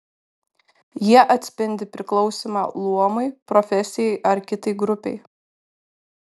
jie atspindi priklausymą luomui profesijai ar kitai grupei